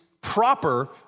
proper